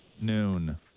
Noon